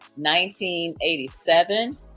1987